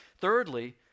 Thirdly